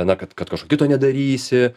na kad kad kažko kito nedarysi